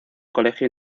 colegio